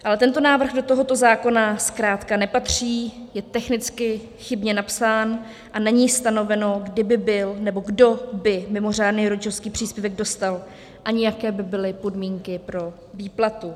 Ale tento návrh do tohoto zákona zkrátka nepatří, je technicky chybně napsán a není stanoveno, kdy by byl nebo kdo by mimořádný rodičovský příspěvek dostal, ani jaké by byly podmínky pro výplatu.